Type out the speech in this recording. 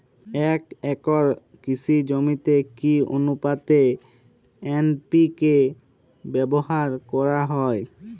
এক একর কৃষি জমিতে কি আনুপাতে এন.পি.কে ব্যবহার করা হয়?